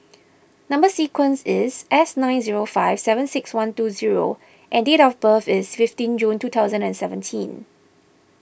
Number Sequence is S nine zero five seven six one two zero and date of birth is fifteen June two thousand and seventeen